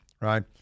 right